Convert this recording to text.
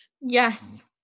Yes